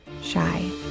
shy